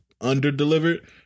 under-delivered